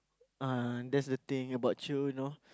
uh that's the thing about you you know